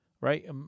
right